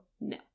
No